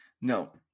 No